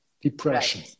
Depression